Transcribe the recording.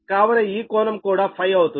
కావున ఈ కోణం కూడా Φ అవుతుంది